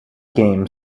game